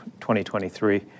2023